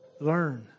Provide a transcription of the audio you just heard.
Learn